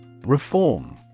Reform